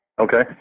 Okay